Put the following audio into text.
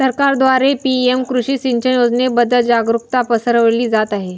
सरकारद्वारे पी.एम कृषी सिंचन योजनेबद्दल जागरुकता पसरवली जात आहे